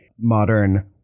modern